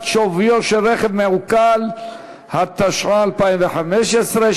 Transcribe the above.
אין מתנגדים, אין נמנעים.